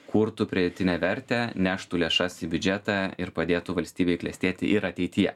kurtų pridėtinę vertę neštų lėšas į biudžetą ir padėtų valstybei klestėti ir ateityje